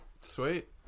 sweet